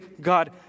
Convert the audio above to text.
God